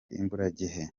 imburagihe